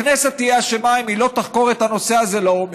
הכנסת תהיה אשמה אם היא לא תחקור את הנושא הזה לעומק.